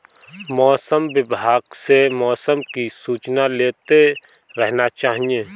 मौसम विभाग से मौसम की सूचना लेते रहना चाहिये?